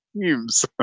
teams